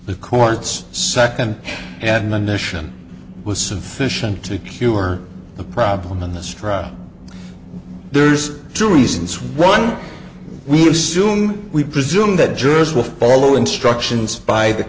the courts second and the nation was sufficient to cure the problem in this trial there's two reasons one we assume we presume that jurors will follow instructions by the